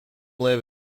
live